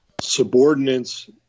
subordinates